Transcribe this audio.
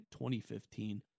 2015